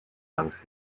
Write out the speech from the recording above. langs